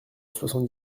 soixante